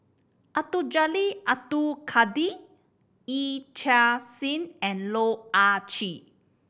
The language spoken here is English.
Abdul Jalil Abdul Kadir Yee Chia Hsing and Loh Ah Chee